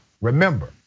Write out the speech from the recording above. Remember